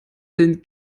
sind